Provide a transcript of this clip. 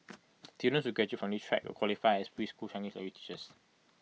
students graduate from this track will qualify as preschool Chinese language teachers